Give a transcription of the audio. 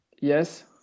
Yes